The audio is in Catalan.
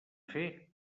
fer